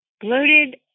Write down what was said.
bloated